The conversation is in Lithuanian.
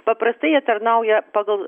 paprastai jie tarnauja pagal